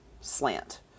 slant